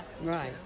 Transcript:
right